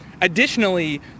additionally